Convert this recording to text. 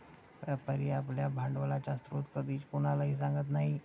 व्यापारी आपल्या भांडवलाचा स्रोत कधीच कोणालाही सांगत नाही